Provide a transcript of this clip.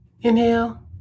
Inhale